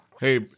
Hey